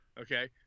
Okay